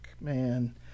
man